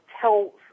tell